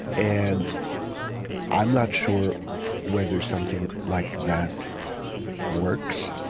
and i'm not sure whether something like that works.